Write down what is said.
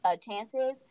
chances